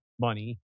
money